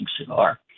cigar